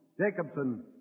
Jacobson